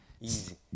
Easy